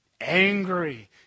angry